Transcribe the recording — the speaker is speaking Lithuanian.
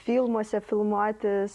filmuose filmuotis